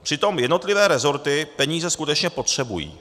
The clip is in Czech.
Přitom jednotlivé rezorty peníze skutečně potřebují.